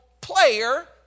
player